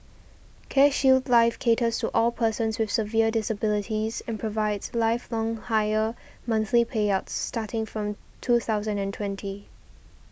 CareShield Life caters so all persons with severe disabilities and provides lifelong higher monthly payouts starting from two thousand and twenty